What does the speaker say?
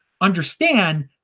understand